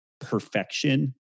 perfection